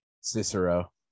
Cicero